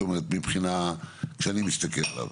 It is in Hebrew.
זאת אומרת מהבחינה שאני מסתכל עליו.